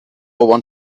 want